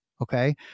okay